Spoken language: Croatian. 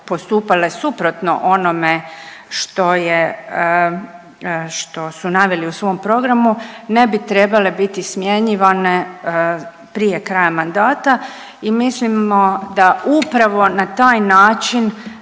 postupale suprotno onome što su naveli u svom programu ne bi trebale biti smjenjivane prije kraja mandata. I mislimo da upravo na taj način